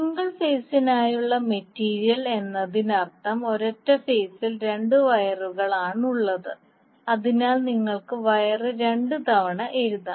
single ഫേസിനായുള്ള material എന്നതിനർത്ഥം ഒരൊറ്റ ഫേസിൽ 2 വയറുകളാണുള്ളത് അതിനാൽ നിങ്ങൾക്ക് വയർ 2 തവണ എഴുതാം